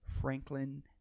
franklin